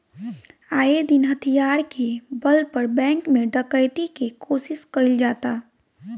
आये दिन हथियार के बल पर बैंक में डकैती के कोशिश कईल जाता